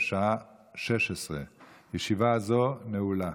בשעה 16:00. ישיבה זו נעולה.